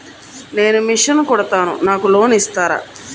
నేను మిషన్ కుడతాను నాకు లోన్ ఇస్తారా?